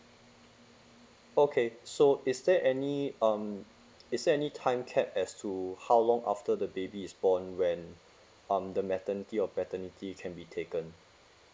okay so is there any um is there any time cap as to how long after the baby is born when um the maternity or paternity can be taken